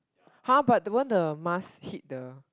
!huh! but won't the mask hit the